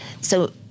so-